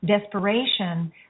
desperation